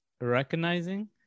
recognizing